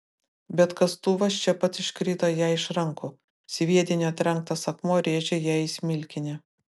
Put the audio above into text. bet kastuvas čia pat iškrito jai iš rankų sviedinio trenktas akmuo rėžė jai į smilkinį